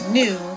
new